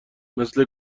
مثل